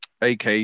AK